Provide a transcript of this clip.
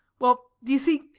well, do you see,